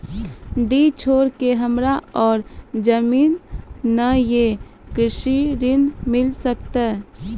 डीह छोर के हमरा और जमीन ने ये कृषि ऋण मिल सकत?